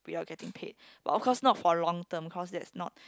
without getting paid but of course not for long term cause that's not